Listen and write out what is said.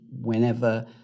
whenever